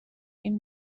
این